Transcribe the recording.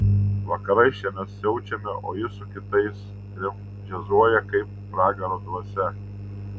vakarais čia mes siaučiame o jis su kitais trim džiazuoja kaip pragaro dvasia